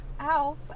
Ow